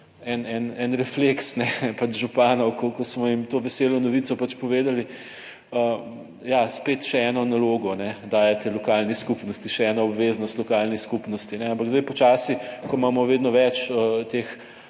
en refleks, pač županov, ko smo jim to veselo novico pač povedali. Ja, spet, še eno nalogo dajete lokalni skupnosti, še eno obveznost lokalni skupnosti, ampak zdaj počasi, ko imamo vedno več teh